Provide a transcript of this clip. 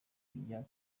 kujya